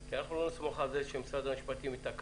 כי אנחנו לא נסמוך על זה שמשרד המשפטים ייתקע